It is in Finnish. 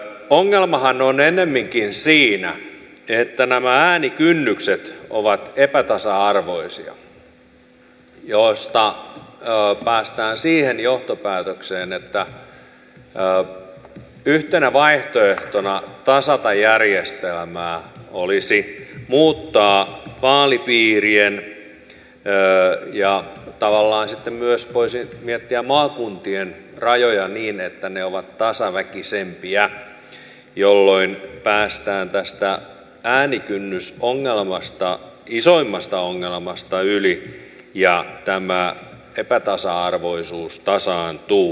ongelmahan on ennemminkin siinä että nämä äänikynnykset ovat epätasa arvoisia mistä päästään siihen johtopäätökseen että yhtenä vaihtoehtona tasata järjestelmää olisi muuttaa vaalipiirien rajoja ja tavallaan sitten myös voisi miettiä maakuntien rajoja niin että ne ovat tasaväkisempiä jolloin päästään tästä äänikynnysongelmasta isoimmasta ongelmasta yli ja tämä epätasa arvoisuus tasaantuu